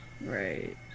right